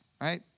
right